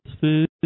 food